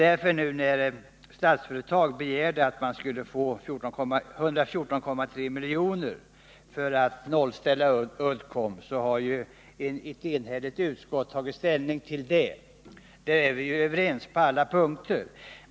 När därför Statsföretag nu begärt att få 114,3 milj.kr. för att finansiellt nollställa Uddcomb har ett enigt utskott tagit positiv ställning till det — där är vi överens på alla punkter.